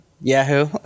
Yahoo